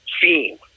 theme